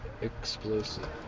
explosive